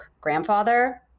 grandfather